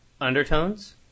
undertones